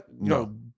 no